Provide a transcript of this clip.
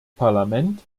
parlament